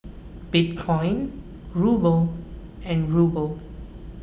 Bitcoin Ruble and Ruble